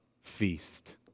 feast